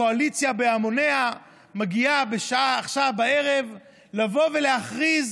הקואליציה בהמוניה מגיעה עכשיו בערב לבוא ולהכריז